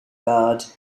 guard